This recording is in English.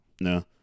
No